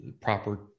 proper